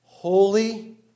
Holy